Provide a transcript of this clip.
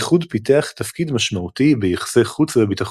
האיחוד פיתח תפקיד משמעותי ביחסי חוץ וביטחון.